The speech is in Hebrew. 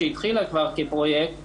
שהתחילה כבר כפרויקט,